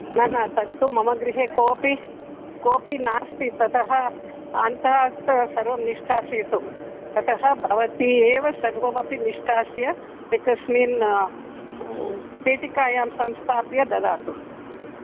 न न तत्तु मम गृहे कोपि कोपि नास्ति ततः अन्तः तत् सर्वं निष्कासयितुं ततः भवती एव सर्वमपि निष्कास्य एकस्मिन् पेटिकायां संस्थाप्य ददातु